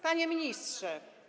Panie Ministrze!